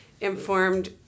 informed